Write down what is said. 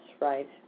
right